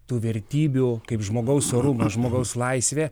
tų vertybių kaip žmogaus orumą žmogaus laisvė